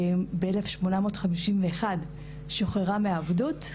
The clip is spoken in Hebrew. ב-1851 שוחררה מהעבדות,